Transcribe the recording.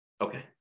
Okay